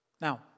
Now